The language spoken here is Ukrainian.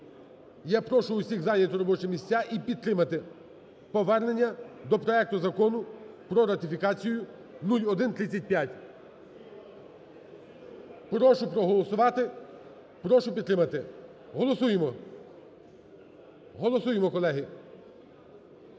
Я прошу всіх зайняти робочі місця і підтримати повернення до проекту Закону про ратифікацію 0135. Прошу проголосувати, прошу підтримати. Голосуємо. Голосуємо, колеги.